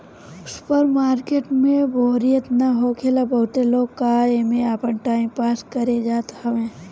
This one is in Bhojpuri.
सुपर मार्किट में बोरियत ना होखेला बहुते लोग तअ एमे आपन टाइम पास करे जात हवे